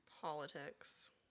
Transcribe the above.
Politics